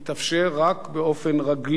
התאפשר רק באופן רגלי.